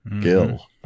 Gil